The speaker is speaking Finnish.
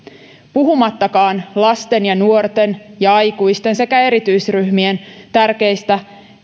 puhumattakaan lasten ja nuorten aikuisten sekä erityisryhmien tärkeistä